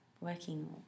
working